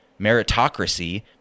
meritocracy